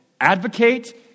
advocate